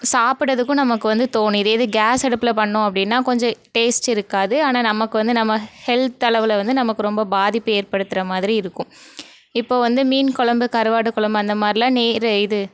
சாப்பிட்றதுக்கும் நமக்கு வந்து தோணும் இதே இது கேஸ் அடுப்பில் பண்ணிணோம் அப்படின்னா கொஞ்சம் டேஸ்ட்டு இருக்காது ஆனால் நமக்கு வந்து நம்ம ஹெல்த் அளவில் வந்து நமக்கு ரொம்ப பாதிப்பு இருக்கும் இப்போ வந்து மீன் கொழம்பு கருவாடு கொழம்பு அந்தமாதிரிலாம் நேர இது